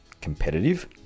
Competitive